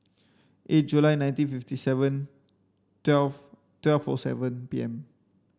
eight July nineteen fifty seven twelve twelve four seven P M